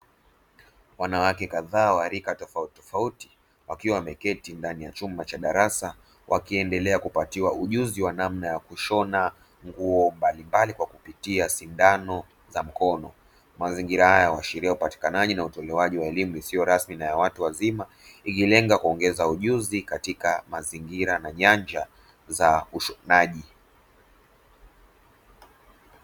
Wanawake kadhaa wa rika tofauti tofauti wakiwa wameketi ndani ya chumba cha darasa wakiendelea kupatiwa ujuzi wa namna ya kushona nguo mbalimbali kwa kupitia sindano za mkono. Mazingira haya yaashiria upatikanaji na utolewaji wa elimu isiyo rasmi na ya watu wazima ikilenga kuongeza ujuzi katika mazingira na nyanja za ushonaji.